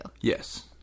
Yes